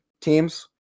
teams